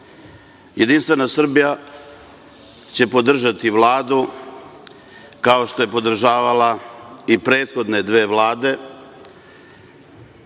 Jedinstvena Srbija će podržati Vladu, kao što je podržavala i prethodne dve vlade.